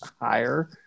higher